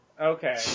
okay